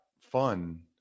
fun